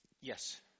Yes